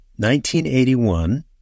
1981